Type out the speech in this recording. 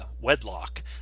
Wedlock